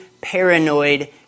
paranoid